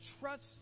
trust